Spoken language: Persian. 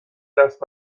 دست